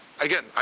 again